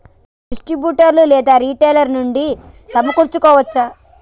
ఇతర డిస్ట్రిబ్యూటర్ లేదా రిటైలర్ నుండి సమకూర్చుకోవచ్చా?